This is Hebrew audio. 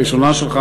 הראשונה שלך,